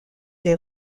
des